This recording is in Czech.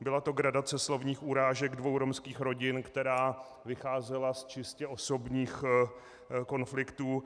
Byla to gradace slovních urážek dvou romských rodin, která vycházela z čistě osobních konfliktů.